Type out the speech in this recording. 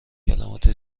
کلمات